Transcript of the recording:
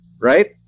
Right